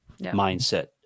mindset